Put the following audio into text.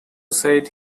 said